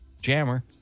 Jammer